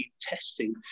testing